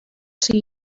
tri